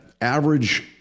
average